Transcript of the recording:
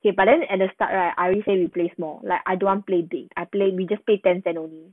okay but then at the start right I already said we play small like I don't want play big I played we just play ten cent only